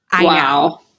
Wow